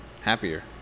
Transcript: happier